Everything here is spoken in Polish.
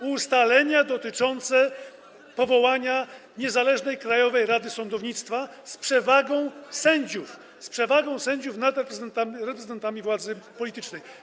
ustalenia dotyczące powołania niezależnej Krajowej Rady Sądownictwa z przewagą sędziów - z przewagą sędziów - nad reprezentantami władzy politycznej.